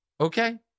okay